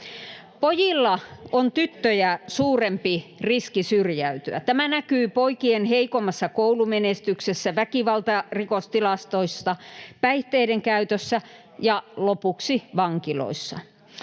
Pojilla on tyttöjä suurempi riski syrjäytyä. Tämä näkyy poikien heikommassa koulumenestyksessä, väkivaltarikostilastoissa, päihteidenkäytössä ja lopuksi vankiloissa.